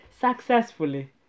successfully